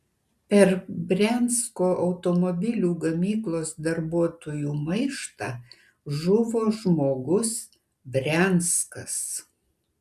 per briansko automobilių gamyklos darbuotojų maištą žuvo žmogus brianskas